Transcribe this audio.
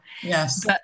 yes